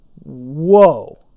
whoa